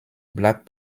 black